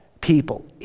people